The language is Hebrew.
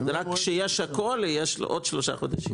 זה רק כשיש הכול, יש לו עוד שלושה חודשים.